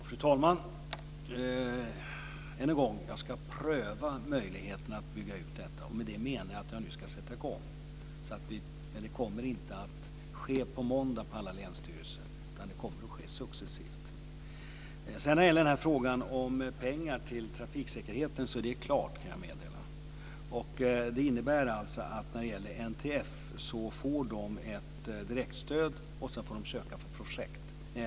Fru talman! Än en gång: Jag ska pröva möjligheterna att bygga ut detta. Med det menar jag att vi nu ska sätta i gång, men det kommer inte att ske på måndagen på alla länsstyrelser, utan det kommer att ske successivt. Det är klart med pengar till trafiksäkerheten, vill jag meddela. Det innebär att NTF får ett direkt stöd, och så får man söka det för projekt.